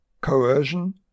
coercion